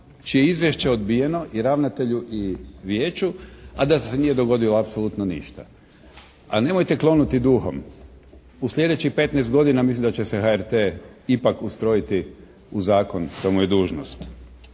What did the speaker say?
je izvješće odbijeno i ravnatelju i Vijeću, a da se nije dogodilo apsolutno ništa. A nemojte klonuti duhom. U sljedećih 15 godina mislim da će se HRT ipak ustrojiti u zakon što mu je dužnost.